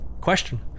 question